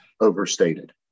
overstated